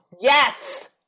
Yes